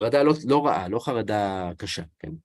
חרדה לא רעה, לא חרדה קשה, כן?